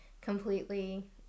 completely